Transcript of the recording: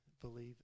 believe